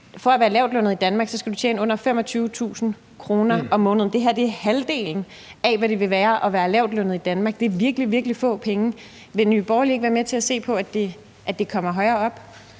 for at være lavtlønnet i Danmark, skal man tjene under 25.000 kr. om måneden. Det her er halvdelen af, hvad det vil være at være lavtlønnet i Danmark. Det er virkelig, virkelig få penge. Vil Nye Borgerlige ikke være med til at se på, at det kommer højere op?